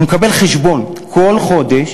הוא מקבל חשבון כל חודש